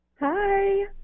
Hi